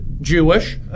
Jewish